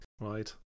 Right